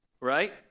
right